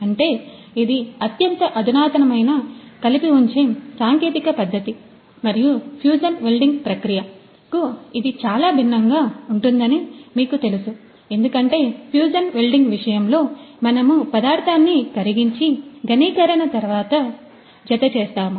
అంటే ఇది అత్యంత అధునాతనమైన కలిపి ఉంచే సాంకేతికపద్ధతి మరియు ఫ్యూజన్ వెల్డింగ్ ప్రక్రియ కు ఇది చాలా భిన్నంగా ఉంటుందని మీకు తెలుసు ఎందుకంటే ఫ్యూజన్ వెల్డింగ్ విషయంలో మనము పదార్థాన్ని కరిగించి ఘనీకరణ తర్వాత జత చేస్తాము